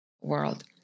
world